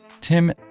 Tim